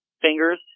fingers